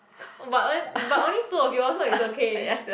but on~ but only two of you all so it's okay